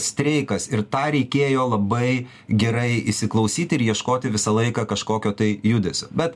streikas ir tą reikėjo labai gerai įsiklausyti ir ieškoti visą laiką kažkokio tai judesio bet